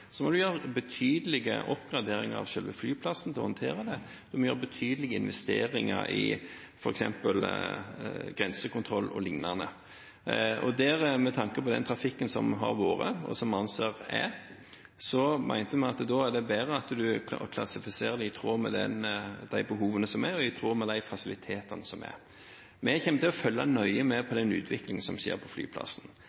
må man gjøre betydelige oppgraderinger av selve flyplassen for å håndtere det, man må gjøre betydelige investeringer i f.eks. grensekontroll o.l. Med tanke på den trafikken som har vært, og som altså er, mente vi at da er det bedre at man klassifiserer det i tråd med de behovene som er, og i tråd med de fasilitetene som er. Vi kommer til å følge nøye med på